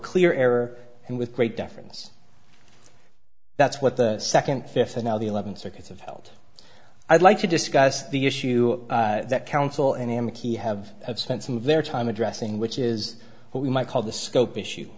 clear error and with great deference that's what the second fifth and now the eleventh circuit have held i'd like to discuss the issue that counsel and empty have spent some of their time addressing which is what we might call the scope issue